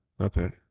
Okay